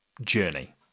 journey